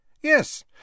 Yes